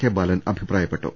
K Balan അഭിപ്രായപ്പെട്ടു